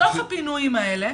מתוך הפינויים האלה,